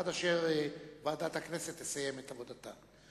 עד אשר ועדת הכנסת תסיים את עבודתה.